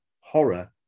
horror